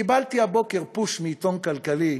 קיבלתי הבוקר "פוש" מעיתון כלכלי.